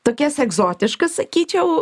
tokias egzotiškas sakyčiau